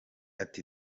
ati